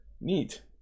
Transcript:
Neat